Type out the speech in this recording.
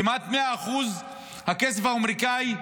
כמעט 100% שהכסף האמריקני,